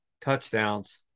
touchdowns